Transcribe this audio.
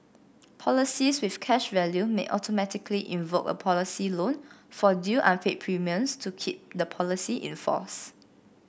policies with cash value may automatically invoke a policy loan for due unpaid premiums to keep the policy in force